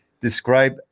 describe